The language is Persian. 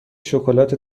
شکلات